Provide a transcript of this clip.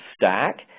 stack